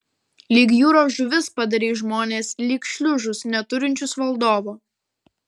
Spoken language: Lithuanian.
lyg jūros žuvis padarei žmones lyg šliužus neturinčius valdovo